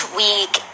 week